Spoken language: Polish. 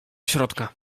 środka